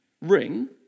ring